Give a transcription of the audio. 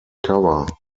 cover